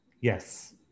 Yes